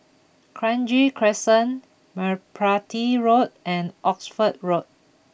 Kranji Crescent Merpati Road and Oxford Road